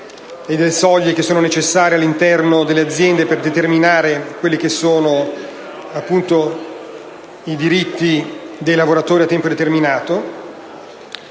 le soglie necessarie all'interno delle aziende per determinare i diritti dei lavoratori a tempo determinato.